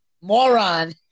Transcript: Moron